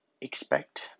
expect